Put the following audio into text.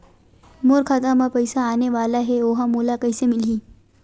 मोर खाता म पईसा आने वाला हे ओहा मोला कइसे मिलही?